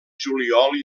juliol